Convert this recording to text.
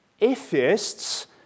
Atheists